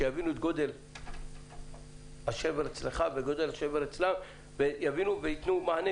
ושיבינו את גודל השבר אצלך ואצלם ויתנו מענה